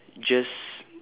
just